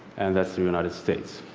and that's the united states